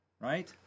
Right